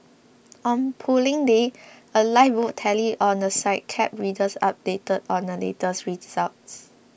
on Polling Day a live vote tally on the site kept readers updated on the latest results